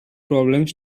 problems